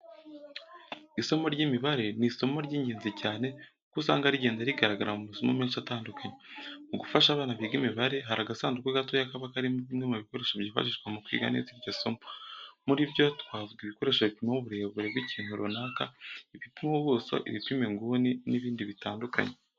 Isomo ry'imibare ni isomo ry'ingenzi cyane kuko usanga rigenda rigaragara mu masomo menshi atandukanye. Mu gufasha abana biga imibare hari agasanduku gatoya kaba karimo bimwe mu bikoresho byifashishwa mu kwiga neza iryo somo. Muri byo twavuga ibikoresho bipima uburebure bw'ikintu runaka, ibipima ubuso, ibipima inguni n'ibindi bitandukanye.